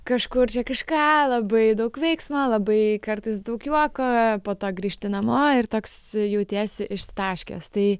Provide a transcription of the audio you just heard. kažkur čia kažką labai daug veiksmo labai kartais daug juoko po to grįžti namo ir toks jautiesi išsitaškęs tai